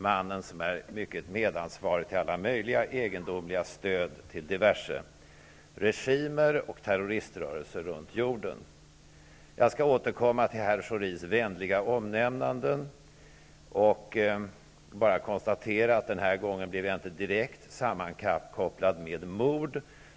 Han är mannen som är medansvarig till alla möjliga egendomliga stöd till diverse regimer och terroriströrelser runt om i världen. Jag skall återkomma till herr Schoris vänliga omnämnande. Jag kan nu bara konstatera att jag den här gången inte blev direkt sammankopplad med mord.